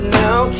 now